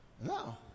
No